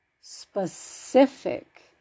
specific